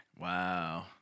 Wow